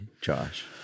Josh